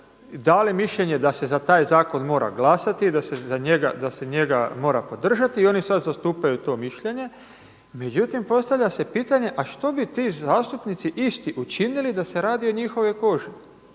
dali mišljenje da se za taj zakon mora glasati i da se njega mora podržati i oni sad zastupaju to mišljenje. Međutim, postavlja se pitanje a što bi ti zastupnici isti učinili da se radi o njihovoj koži,